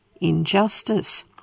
injustice